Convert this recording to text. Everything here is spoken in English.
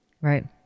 Right